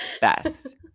best